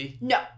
No